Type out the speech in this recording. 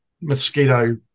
mosquito